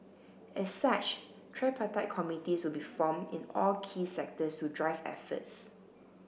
as such tripartite committees will be formed in all key sectors to drive efforts